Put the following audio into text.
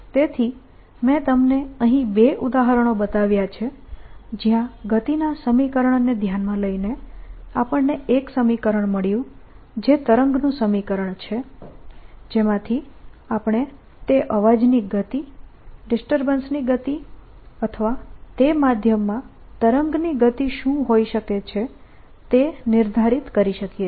તેથી મેં તમને અહીં બે ઉદાહરણો બતાવ્યા છે જ્યાં ગતિના સમીકરણને ધ્યાનમાં લઈને આપણને એક સમીકરણ મળ્યું જે તરંગનું સમીકરણ છે જેમાંથી આપણે તે અવાજની ગતિ ડિસ્ટર્બન્સની ગતિ અથવા તે માધ્યમમાં તરંગની ગતિ શું હોઈ શકે છે તે નિર્ધારિત કરી શકીએ છીએ